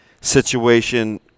situation